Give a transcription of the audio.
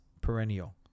perennial